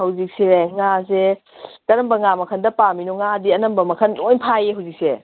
ꯍꯧꯖꯤꯛꯁꯦ ꯉꯥꯁꯦ ꯀꯔꯝꯕ ꯉꯥ ꯃꯈꯟꯗ ꯄꯥꯝꯃꯤꯅꯣ ꯉꯥꯗꯤ ꯑꯅꯝꯕ ꯃꯈꯜ ꯂꯣꯏ ꯐꯥꯏꯌꯦ ꯍꯧꯖꯤꯛꯁꯦ